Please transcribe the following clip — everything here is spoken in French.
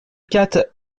quatre